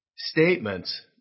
Statements